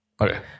Okay